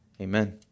Amen